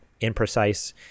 imprecise